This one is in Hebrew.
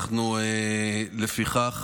לפיכך,